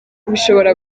bishobora